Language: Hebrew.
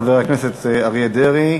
תודה, חבר הכנסת אריה דרעי.